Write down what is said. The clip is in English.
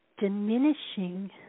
diminishing